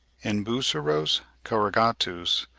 in buceros corrugatus,